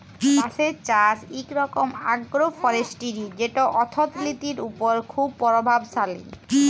বাঁশের চাষ ইক রকম আগ্রো ফরেস্টিরি যেট অথ্থলিতির উপর খুব পরভাবশালী